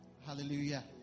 Hallelujah